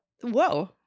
whoa